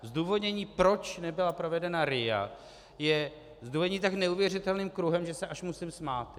Zdůvodnění, proč nebyla provedena RIA, je zdůvodnění tak neuvěřitelným kruhem, že se až musím smát.